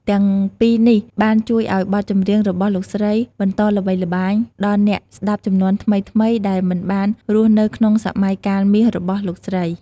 ទាំងពីរនេះបានជួយឲ្យបទចម្រៀងរបស់លោកស្រីបន្តល្បីល្បាញដល់អ្នកស្តាប់ជំនាន់ថ្មីៗដែលមិនបានរស់នៅក្នុងសម័យកាលមាសរបស់លោកស្រី។